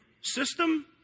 system